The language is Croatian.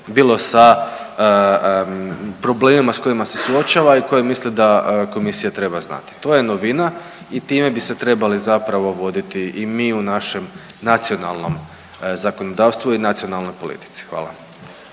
bilo sa problemima sa kojima se suočava i koje misli da Komisija treba znati. To je novina i time bi se trebali zapravo voditi i mi u našem nacionalnom zakonodavstvu i nacionalnoj politici. Hvala.